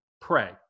pray